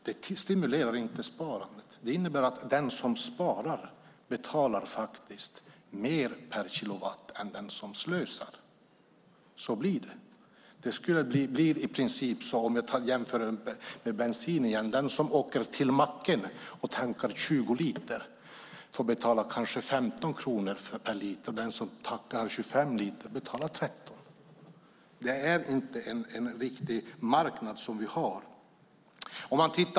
Det stimulerar inte sparandet. Det innebär att den som sparar betalar mer per kilowattimme än dem som slösar. Så blir det. Det skulle i princip bli - jag jämför med bensin igen - som om den som åker till macken och tankar 20 liter får betala 15 kronor per liter, men den som tankar 25 liter betalar 13 kronor. Det är inte en riktig marknad vi har.